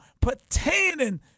pertaining